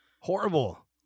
Horrible